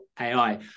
AI